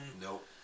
Nope